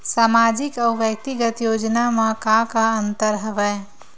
सामाजिक अउ व्यक्तिगत योजना म का का अंतर हवय?